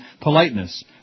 politeness